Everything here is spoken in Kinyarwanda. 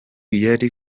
yari